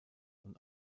und